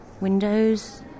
windows